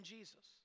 Jesus